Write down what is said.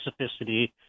specificity